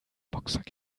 boxsack